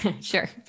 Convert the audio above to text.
Sure